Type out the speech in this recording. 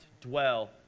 dwell